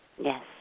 Yes